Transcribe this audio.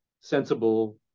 sensible